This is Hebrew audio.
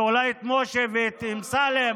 ואולי את משה ואת אמסלם,